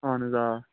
اَہَن حظ آ